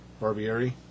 Barbieri